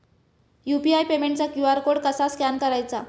UPI पेमेंटचा QR code कसा scan करायचा?